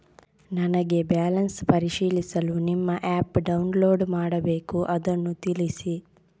ನನಗೆ ಬ್ಯಾಲೆನ್ಸ್ ಪರಿಶೀಲಿಸಲು ನಿಮ್ಮ ಆ್ಯಪ್ ಡೌನ್ಲೋಡ್ ಮಾಡಬೇಕು ಅದನ್ನು ತಿಳಿಸಿ?